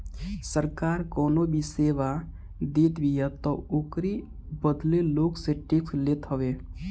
सरकार कवनो भी सेवा देतबिया तअ ओकरी बदले लोग से टेक्स लेत हवे